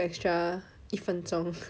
give you extra 一分钟